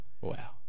Wow